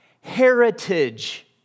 Heritage